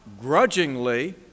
grudgingly